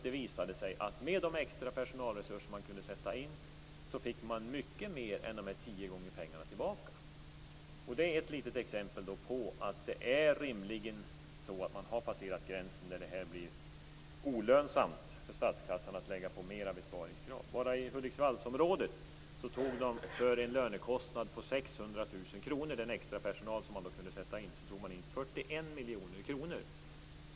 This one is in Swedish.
Det visade sig att med de extra personalresurser man kunde sätta in fick man mycket mer än tio gånger pengarna tillbaka. Det är ett litet exempel på att man rimligen har passerat gränsen för när det blir olönsamt för statskassan att lägga på mera besparingskrav. Den extrapersonal som man kunde sätta in för en lönekostnad på 600 000 kr bara i Hudiksvallsområdet tog in 41 miljoner kronor.